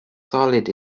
solid